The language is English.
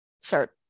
start